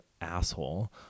asshole